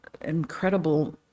incredible